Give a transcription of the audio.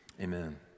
Amen